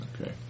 okay